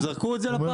הם זרקו את זה לפח.